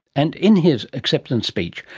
and in his acceptance speech,